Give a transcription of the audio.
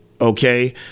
Okay